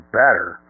better